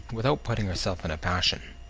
without putting herself in a passion.